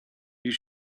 you